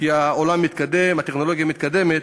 כי העולם מתקדם, הטכנולוגיה מתקדמת.